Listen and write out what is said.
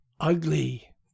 Ugly